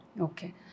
Okay